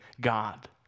God